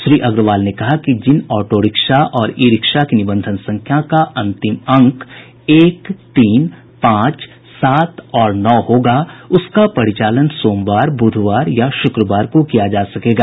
श्री अग्रवाल ने कहा कि जिन ऑटोरिक्शा और ई रिक्शा की निबंधन संख्या का अंतिम अंक एक तीन पांच सात और नौ होगा उसका परिचालन सोमवार ब्रधवार और शुक्रवार को किया जा सकेगा